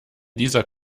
dieser